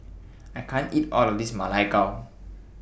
I can't eat All of This Ma Lai Gao